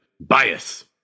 Bias